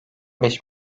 beş